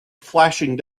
flashing